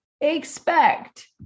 expect